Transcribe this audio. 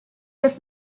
was